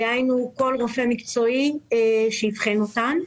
דהיינו, כל רופא מקצועי שאבחן אותן.